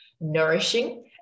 nourishing